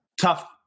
tough